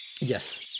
Yes